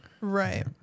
right